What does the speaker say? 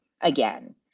again